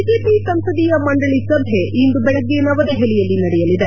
BJP ಸಂಸದೀಯ ಮಂಡಳಿ ಸಭೆ ಇಂದು ಬೆಳಗ್ಗೆ ನವದೆಹಲಿಯಲ್ಲಿ ನಡೆಯಲಿದೆ